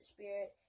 Spirit